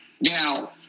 now